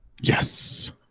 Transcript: Yes